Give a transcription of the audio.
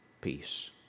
peace